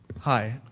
hi.